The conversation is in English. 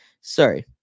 sorry